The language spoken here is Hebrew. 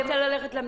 אין לך